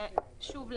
שוב,